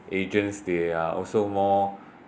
agents they are also more